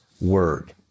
word